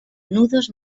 nudos